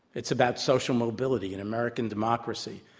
it's about social mobility and american democracy.